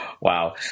Wow